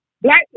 black